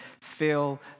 feel